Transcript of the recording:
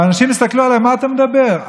ואנשים הסתכלו עליי: מה אתה מדבר?